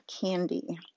Candy